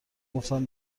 گفتم